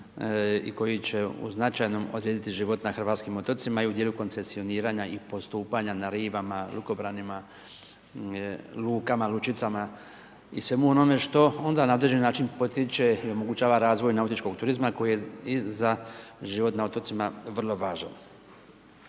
i koji će u značajnom odrediti život na hrvatskim otocima i u dijelu koncesioniranja i postupanja na rivama, lukobranima, lukama, lučicama i svemu onome što onda na određeni način potiče i omogućava razvoj nautičkog turizma koji je i za život na otocima vrlo važan.